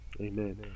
Amen